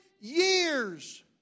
years